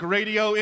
Radio